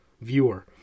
Viewer